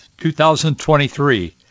2023